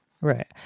Right